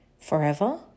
forever